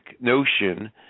notion